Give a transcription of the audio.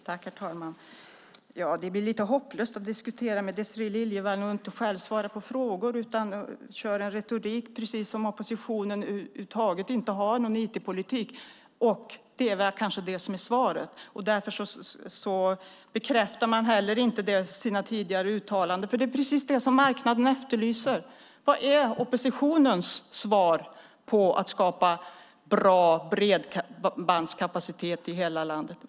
Herr talman! Det blir lite hopplöst att diskutera med Désirée Liljevall när hon inte själv svarar på frågor utan bara kör en retorik, precis som om oppositionen över huvud taget inte har någon IT-politik. Det är kanske det som är svaret, och därför bekräftar man inte heller sina tidigare uttalanden. Det är precis det som marknaden efterlyser: Vad är oppositions svar när det gäller att skapa bra bredbandskapacitet i hela landet?